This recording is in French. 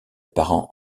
parents